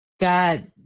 God